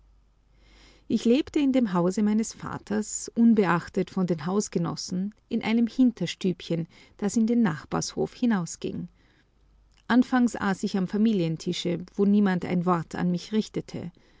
ich lebte in dem hause meines vaters unbeachtet von den hausgenossen in einem hinterstübchen das in den nachbars hof hinausging anfangs aß ich am familientische wo niemand ein wort an mich richtete